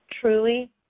truly